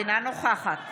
אינה נוכחת